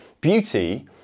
beauty